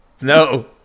no